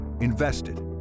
Invested